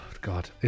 God